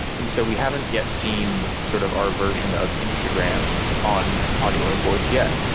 and so we haven't yet seen sort of our version of instagram on audio and voice yet.